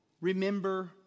remember